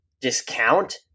discount